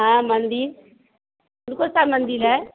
हाँ मंदिर कौन कौन सा मंदिर है